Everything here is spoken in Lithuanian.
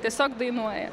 tiesiog dainuoja